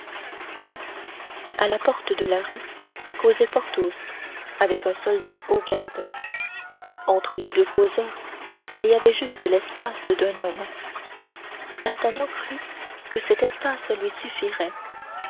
mais à la porte de la rue causait porthos avec un soldat aux gardes entre les deux causeurs il y avait juste l'espace d'un homme d'artagnan crut que cet espace lui suffirait